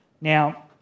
Now